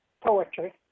poetry